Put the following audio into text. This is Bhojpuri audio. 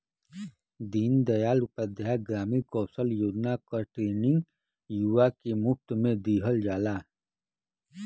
दीन दयाल उपाध्याय ग्रामीण कौशल योजना क ट्रेनिंग युवा के मुफ्त में दिहल जाला